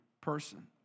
person